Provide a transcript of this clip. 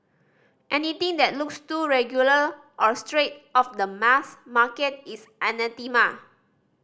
anything that looks too regular or straight off the mass market is anathema